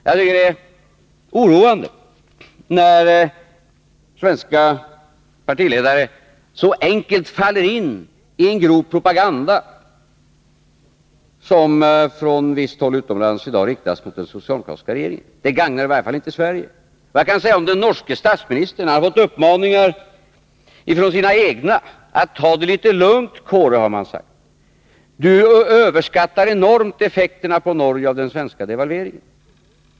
Jag tycker att det är oroande när svenska partiledare så enkelt faller in i en grov propaganda, som från visst håll utomlands i dag riktas mot den socialdemokratiska regeringen. Det gagnar i varje fall inte Sverige. Jag kan säga att den norske statsministern har fått uppmaningar från sina egna: Ta det litet lugnt, Kåre! Du överskattar enormt effekterna på Norge av den svenska devalveringen.